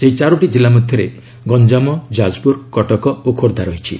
ସେହି ଚାରୋଟି ଜିଲ୍ଲା ମଧ୍ୟରେ ଗଞ୍ଜାମ ଯାଜପୁର କଟକ ଓ ଖୋର୍ଦ୍ଧା ରହିଛି